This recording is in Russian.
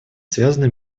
связаны